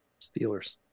Steelers